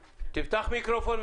עצמך,